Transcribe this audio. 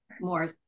more